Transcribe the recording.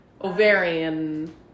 Ovarian